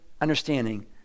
Understanding